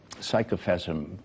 psychophasm